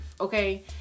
okay